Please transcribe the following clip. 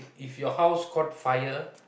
if your house caught fire